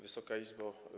Wysoka Izbo!